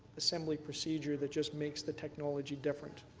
assembly procedure that just makes the technology different?